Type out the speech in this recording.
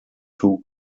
two